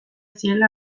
zirela